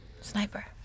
Sniper